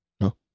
No